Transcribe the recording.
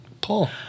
Paul